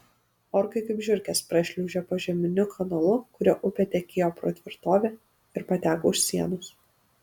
orkai kaip žiurkės prašliaužė požeminiu kanalu kuriuo upė tekėjo pro tvirtovę ir pateko už sienos